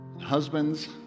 husbands